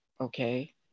okay